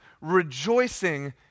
rejoicing